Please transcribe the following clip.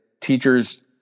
teachers